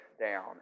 down